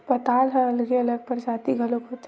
पताल ह अलगे अलगे परजाति घलोक होथे